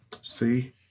See